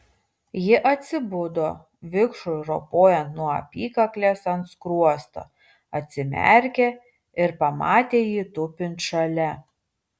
ji atsibudo vikšrui ropojant nuo apykaklės ant skruosto atsimerkė ir pamatė jį tupint šalia